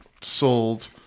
sold